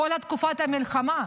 כל תקופת המלחמה.